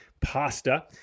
pasta